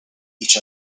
each